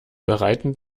bereiten